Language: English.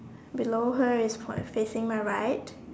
below her is facing my right